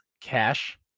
cash